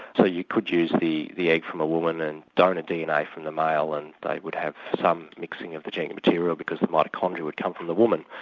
so you could use the the egg from a woman and donor dna from the male and they would have some mixing of the gene material because the mitochondria would come from the woman.